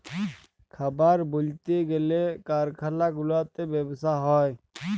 খাবার বালাতে গ্যালে কারখালা গুলাতে ব্যবসা হ্যয়